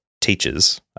teachers